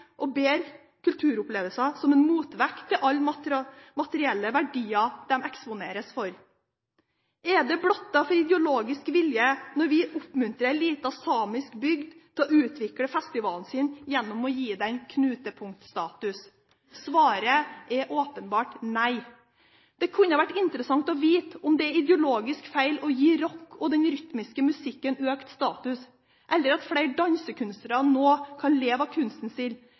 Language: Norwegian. og bedre kulturopplevelser som en motvekt til alle de materielle verdiene de eksponeres for? Er det å være blottet for ideologisk vilje når vi oppmuntrer en liten samisk bygd til å utvikle festivalen sin gjennom å gi den knutepunktstatus? Svaret på disse spørsmålene er åpenbart nei. Det kunne vært interessant å få vite om det er ideologisk feil å gi rock og den rytmiske musikken økt status, at flere dansekunstnere nå kan leve av kunsten sin